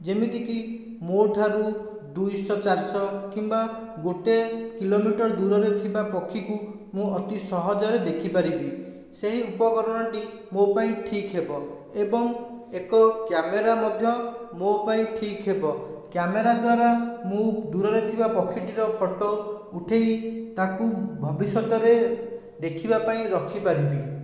ଯେମିତିକି ମୋଠାରୁ ଦୁଇଶହ ଚାରିଶହ କିମ୍ବା ଗୋଟିଏ କିଲୋମିଟର ଦୂରରେ ଥିବା ପକ୍ଷୀକୁ ମୁଁ ଅତି ସହଜରେ ଦେଖିପାରିବି ସେହି ଉପକରଣଟି ମୋ ପାଇଁ ଠିକ୍ ହେବ ଏବଂ ଏକ କ୍ୟାମେରା ମଧ୍ୟ ମୋ ପାଇଁ ଠିକ୍ ହେବ କ୍ୟାମେରା ଦ୍ଵାରା ମୁଁ ଦୂରରେ ଥିବା ପକ୍ଷୀଟିର ଫଟୋ ଉଠେଇ ତାକୁ ଭବିଷ୍ୟତରେ ଦେଖିବା ପାଇଁ ରଖିବିପାରିବି